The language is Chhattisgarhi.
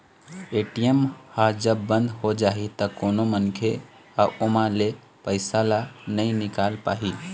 ए.टी.एम ह जब बंद हो जाही त कोनो मनखे ह ओमा ले पइसा ल नइ निकाल पाही